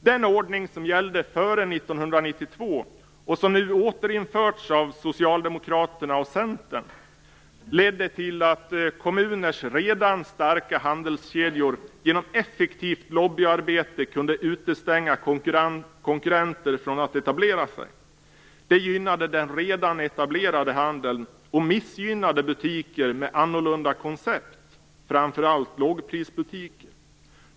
Den ordning som gällde före 1992 och som nu återinförts av Socialdemokraterna och Centern ledde till att kommuners redan starka handelskedjor genom effektivt lobbyarbete kunde utestänga konkurrenter från att etablera sig. Det gynnade den redan etablerade handeln och missgynnade butiker med annorlunda koncept, framför allt lågprisbutiker.